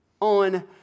on